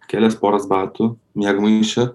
kelias poras batų miegmaišį